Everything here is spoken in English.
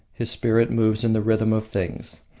his spirit moves in the rhythm of things.